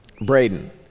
Braden